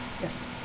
yes